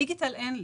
בדיגיטל אין לי.